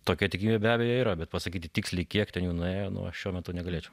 tokia tikimybė be abejo yra bet pasakyti tiksliai kiek ten nuėjo nu aš šiuo metu negalėčiau